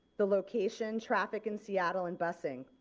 the location, traffic in seattle and busing.